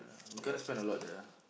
I kinda spend a lot of there ah